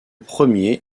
premier